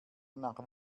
nach